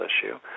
issue